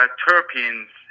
terpenes